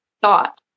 thought